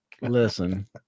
listen